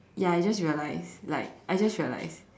ya I just realized like I just realized